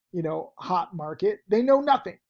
you know, hot market, they know nothing,